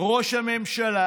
ראש הממשלה